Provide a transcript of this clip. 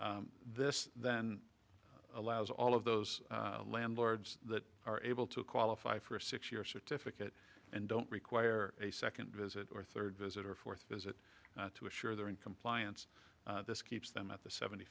this then allows all of those landlords that are able to qualify for a six year certificate and don't require a second visit or third visit or fourth visit to assure they're in compliance this keeps them at the seventy